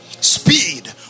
Speed